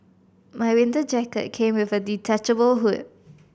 my winter jacket came with a detachable hood